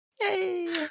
Yay